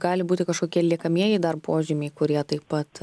gali būti kažkokie liekamieji dar požymiai kurie taip pat